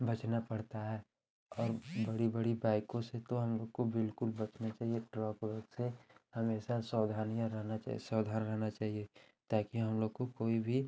बचना पड़ता है और बड़ी बड़ी बाइकों से तो हम लोग को बिल्कुल बचना चहिए ट्रक ओरक से हमेशा सावधानियाँ रहना चाहिए सावधान रहना चाहिए ताकि हम लोग को कोई भी